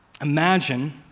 imagine